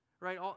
right